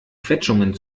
quetschungen